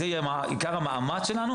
אז זה יהיה עיקר המאמץ שלנו,